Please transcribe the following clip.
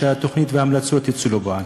שהתוכנית וההמלצות יצאו לפועל.